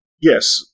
Yes